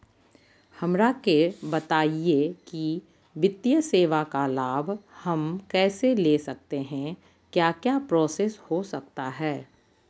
हमरा के बताइए की वित्तीय सेवा का लाभ हम कैसे ले सकते हैं क्या क्या प्रोसेस हो सकता है?